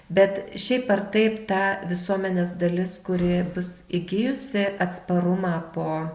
bet šiaip ar taip ta visuomenės dalis kuri bus įgijusi atsparumą po